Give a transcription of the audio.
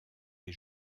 est